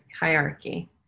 hierarchy